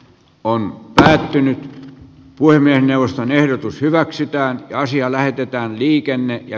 kolme tähti puhemiesneuvoston ehdotus hyväksytään asia lähetetään liikenne ja